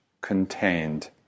contained